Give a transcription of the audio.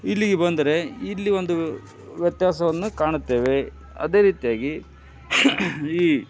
ಇಲ್ಲಿಗೆ ಬಂದರೆ ಇಲ್ಲಿ ಒಂದು ವ್ಯತ್ಯಾಸವನ್ನ ಕಾಣುತ್ತೇವೆ ಅದೇ ರೀತಿಯಾಗಿ ಈ